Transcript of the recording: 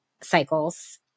cycles